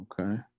Okay